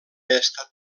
estat